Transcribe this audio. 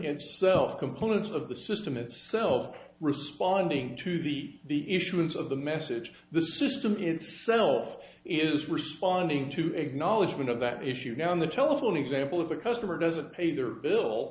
itself components of the system itself responding to the issuance of the message the system itself is responding to acknowledgement of that issue now on the telephone example of a customer doesn't pay their bill